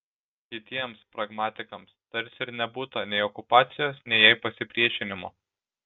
kitiems pragmatikams tarsi ir nebūta nei okupacijos nei jai pasipriešinimo